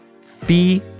Fee